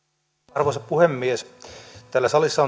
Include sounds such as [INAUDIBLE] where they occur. arvoisa puhemies täällä salissa [UNINTELLIGIBLE]